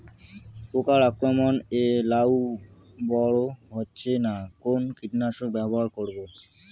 পোকার আক্রমণ এ লাউ বড় হচ্ছে না কোন কীটনাশক ব্যবহার করব?